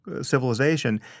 civilization